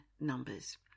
numbers